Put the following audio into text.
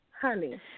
Honey